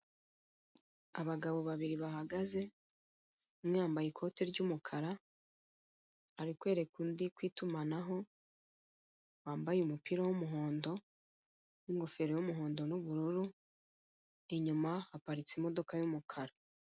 Abagabo babiri bahagaze umwe yambaye ikote ry'umukara ari kwereka undi ku itumanaho wambaye umupira w'umuhondo n'ingofero y'umuhondo n'ubururu, inyuma haparitse imodoka y'umukara.